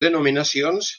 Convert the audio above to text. denominacions